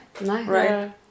Right